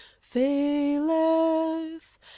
faileth